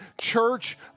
church